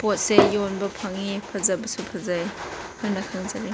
ꯄꯣꯠ ꯆꯩ ꯌꯣꯟꯕ ꯐꯪꯉꯤ ꯐꯖꯕꯁꯨ ꯐꯖꯩ ꯍꯥꯏꯅ ꯈꯟꯖꯩ